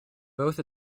both